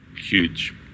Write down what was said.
huge